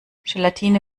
gelatine